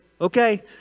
okay